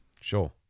Sure